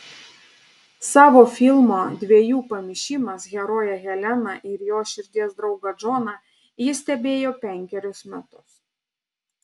savo filmo dviejų pamišimas heroję heleną ir jos širdies draugą džoną ji stebėjo penkerius metus